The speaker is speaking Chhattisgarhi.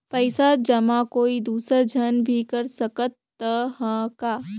पइसा जमा कोई दुसर झन भी कर सकत त ह का?